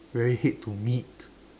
very hate to meet